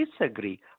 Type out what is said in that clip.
disagree